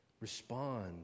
Respond